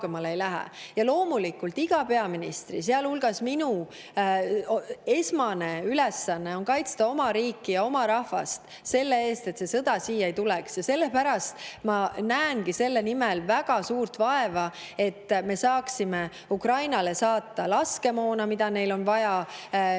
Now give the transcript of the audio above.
Ja loomulikult, iga peaministri, sealhulgas minu esmane ülesanne on kaitsta oma riiki ja oma rahvast selle eest, et sõda siia ei tuleks. Sellepärast ma näengi selle nimel väga suurt vaeva, et me saaksime Ukrainale saata laskemoona, mida neil on vaja.